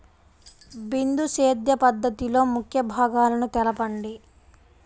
బిందు సేద్య పద్ధతిలో ముఖ్య భాగాలను తెలుపండి?